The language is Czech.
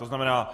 To znamená...